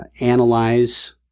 analyze